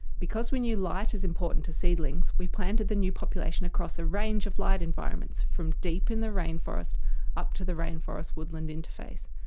because we knew light is important to seedlings, we planted the new population across a range of light environments, from deep in the rainforest up to the rainforest-woodland interface,